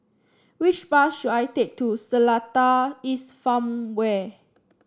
which bus should I take to Seletar East Farmway